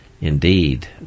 indeed